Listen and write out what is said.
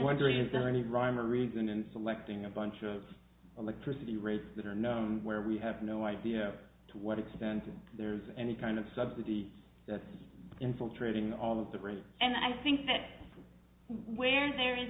wondering is there any rhyme or reason in selecting a bunch of electricity rates that are no where we have no idea of what expenses there's any kind of subsidy that's infiltrating all of the rich and i think that where there